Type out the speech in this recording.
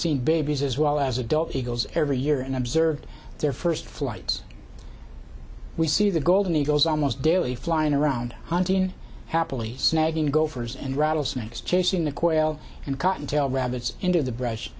seen babies as well as adult eagles every year and observed their first flights we see the golden eagles almost daily flying around hunting happily snagging gophers and rattlesnakes chasing the quail and cottontail rabbits into the brush